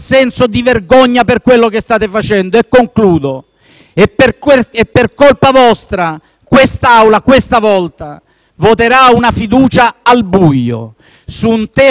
Per colpa vostra quest'Aula questa volta voterà una fiducia al buio, su un testo partorito di notte e votato di notte;